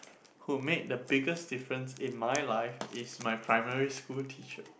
who made the biggest difference in my life is my primary school teacher